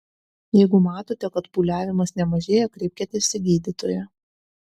jeigu matote kad pūliavimas nemažėja kreipkitės į gydytoją